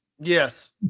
Yes